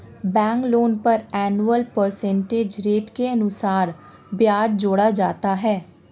bank loan पर annual percentage rate के अनुसार ब्याज जोड़ा जाता है